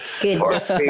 goodness